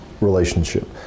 relationship